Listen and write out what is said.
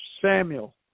Samuel